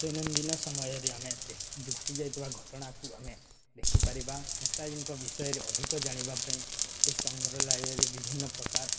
ଦୈନନ୍ଦିନ ସମୟରେ ଆମେ ଘଟି ଯାଇଥିବା ଘଟଣାକୁ ଆମେ ଦେଖିପାରିବା ନେତାଜୀଙ୍କ ବିଷୟରେ ଅଧିକ ଜାଣିବା ପାଇଁ ସେ ସଂଗ୍ରାଳୟରେ ବିଭିନ୍ନ ପ୍ରକାର